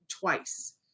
twice